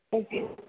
okay